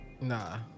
Nah